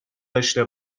داشته